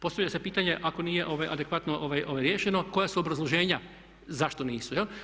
Postavlja se pitanje ako nije adekvatno riješeno koja su obrazloženja zašto nisu?